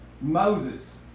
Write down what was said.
Moses